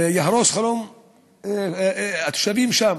זה יהרוס חלום של התושבים שם,